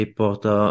porta